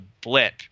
blip